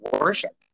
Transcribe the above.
worship